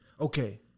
okay